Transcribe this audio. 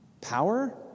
Power